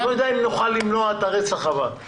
אני לא יודע אם נוכל למנוע את הרצח הבא,